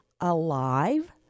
alive